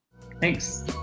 Thanks